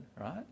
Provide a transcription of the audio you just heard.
right